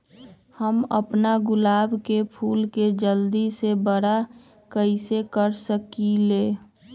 हम अपना गुलाब के फूल के जल्दी से बारा कईसे कर सकिंले?